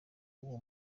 w’uwo